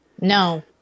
no